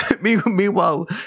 Meanwhile